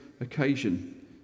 occasion